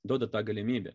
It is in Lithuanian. duoda tą galimybę